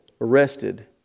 arrested